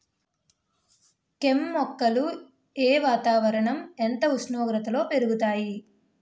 కెమ్ మొక్కలు ఏ వాతావరణం ఎంత ఉష్ణోగ్రతలో పెరుగుతాయి?